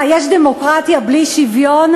מה, יש דמוקרטיה בלי שוויון?